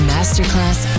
Masterclass